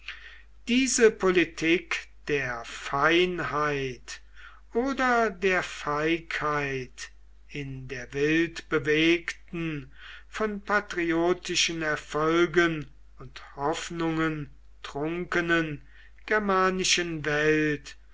diese politik der feinheit oder der feigheit in der wild bewegten von patriotischen erfolgen und hoffnungen trunkenen germanischen welt